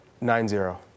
Nine-zero